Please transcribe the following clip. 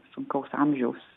sunkaus amžiaus